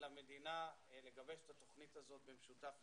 למדינה לגבש את התכנית הזאת במשותף אתנו.